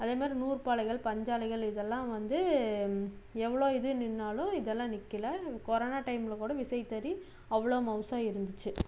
அதே மாதிரி நூற்பாலைகள் பஞ்சாலைகள் இதெல்லாம் வந்து எவ்வளோ இது நின்றாலும் இதெல்லாம் நிற்கில கொரனா டைமில் கூடவிசைத்தறி அவ்வளோ மவுசாக இருந்துச்சு